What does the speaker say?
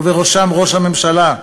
ובראשם ראש הממשלה,